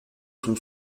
sont